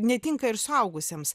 netinka ir suaugusiems